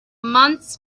months